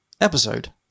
episode